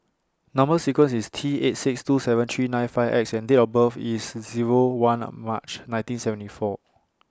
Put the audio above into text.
Number sequence IS T eight six two seven three nine five X and Date of birth IS Zero one of March nineteen seventy four